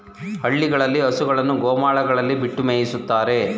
ಹಳ್ಳಿಗಳಲ್ಲಿ ಹಸುಗಳನ್ನು ಗೋಮಾಳಗಳಲ್ಲಿ ಬಿಟ್ಟು ಮೇಯಿಸುತ್ತಾರೆ